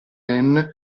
anne